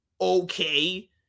okay